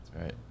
Right